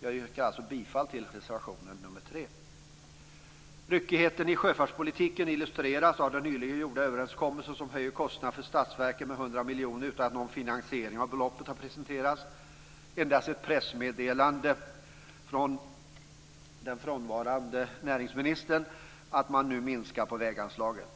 Jag yrkar alltså bifall till reservation nr 3. Ryckigheten i sjöfartspolitiken illustreras av den nyligen gjorda överenskommelse som höjer kostnaden för statsverket med 100 miljoner utan att någon finansiering av beloppet har presenterats - endast ett pressmeddelande från den nu frånvarande näringsministern att man nu minskar väganslaget.